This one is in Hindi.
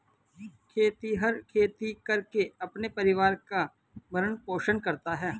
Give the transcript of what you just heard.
खेतिहर खेती करके अपने परिवार का भरण पोषण करता है